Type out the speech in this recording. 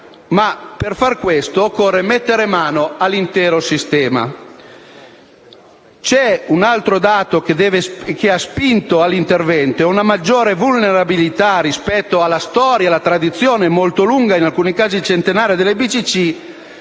ma, per far questo, occorre mettere mano all'intero sistema. C'è un altro dato fedele che ha spinto all'intervento, e cioè una maggiore vulnerabilità rispetto alla storia e alla tradizione molto lunga - in alcuni casi centenaria - delle BCC,